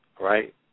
Right